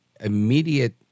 immediate